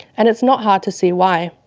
and it's not hard to see why.